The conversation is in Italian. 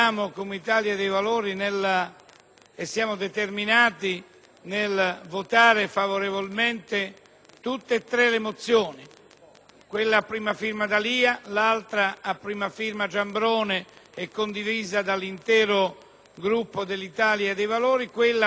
siamo determinati nel votare a favore di tutte e tre le mozioni, quella a prima firma D'Alia, quella a prima firma Giambrone, condivisa dall'intero Gruppo dell'Italia dei Valori, e quella a prima firma Soliani.